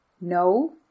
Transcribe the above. No